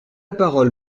parole